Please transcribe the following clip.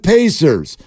Pacers